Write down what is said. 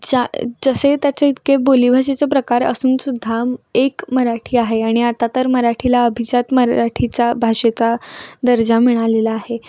ज्या जसे त्याचे इतके बोलीभाषेचे प्रकार असून सुद्धा एक मराठी आहे आणि आता तर मराठीला अभिजात मराठीचा भाषेचा दर्जा मिळालेला आहे